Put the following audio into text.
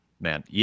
Man